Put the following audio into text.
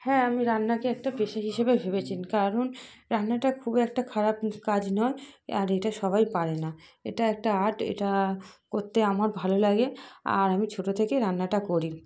হ্যাঁ আমি রান্নাকে একটা পেশা হিসাবে ভেবেছি কারণ রান্নাটা খুব একটা খারাপ কাজ নয় আর এটা সবাই পারে না এটা একটা আর্ট এটা করতে আমার ভালো লাগে আর আমি ছোট থেকে রান্নাটা করি